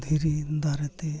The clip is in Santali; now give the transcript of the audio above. ᱫᱷᱤᱨᱤ ᱫᱟᱨᱮᱛᱮ